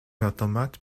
automate